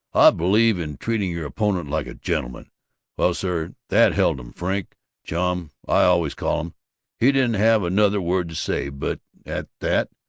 i believe in treating your opponent like a gentleman well, sir, that held em! frink chum i always call him he didn't have another word to say. but at that,